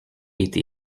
été